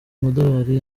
amadolari